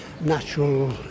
natural